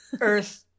earth